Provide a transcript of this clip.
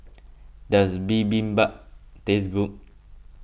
does Bibimbap taste good